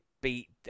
beat